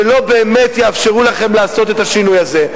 שלא באמת יאפשרו לכם לעשות את השינוי הזה.